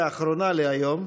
להיום,